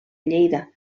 lleida